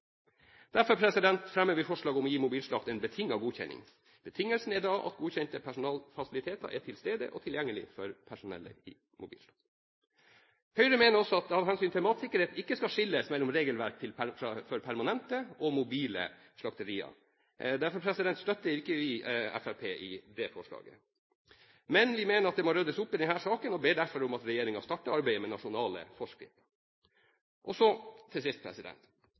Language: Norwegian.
fremmer vi forslag om å gi Mobilslakt AS en betinget godkjenning. Betingelsen er da at godkjente personalfasiliteter er til stede og tilgjengelig for personellet i Mobilslakt AS. Høyre mener også at det av hensyn til matsikkerhet ikke skal skilles mellom regelverk for permanente og mobile slakterier. Derfor støtter vi ikke Fremskrittspartiets forslag om det. Men vi mener det må ryddes opp i denne saken, og ber derfor om at regjeringen starter arbeidet med nasjonale forskrifter. Så til sist: